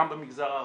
גם במגזר הערבי,